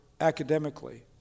academically